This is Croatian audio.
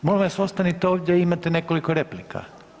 Molim vas ostanite ovdje, imate nekoliko replika.